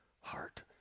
heart